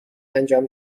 انجام